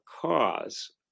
cause